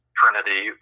trinity